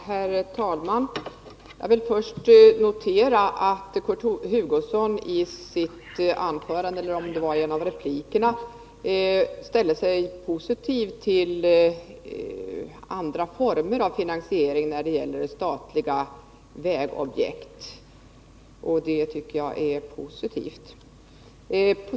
Herr talman! Jag vill först notera att Kurt Hugosson ställer sig positiv till andra former av finansiering när det gäller statliga vägobjekt, och det tycker jag är bra.